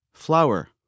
Flower